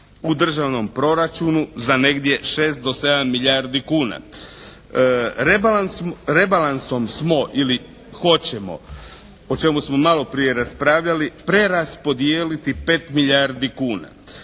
u državnom proračunu za negdje 6 do 7 milijardi kuna. Rebalansom smo ili hoćemo, o čemu smo maloprije raspravljali preraspodijeliti pet milijardi kuna.